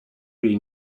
jej